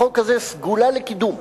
החוק הזה, סגולה לקידום.